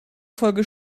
folge